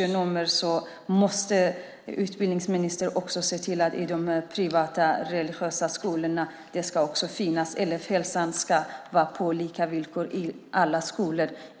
personal. Utbildningsministern måste se till att det finns socionomer i de privata religiösa skolorna. Det ska vara lika villkor i alla skolor.